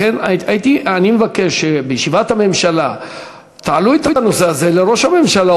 לכן אני מבקש שבישיבת הממשלה תעלו את הנושא הזה לראש הממשלה,